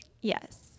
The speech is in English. Yes